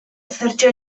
ezertxo